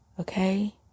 Okay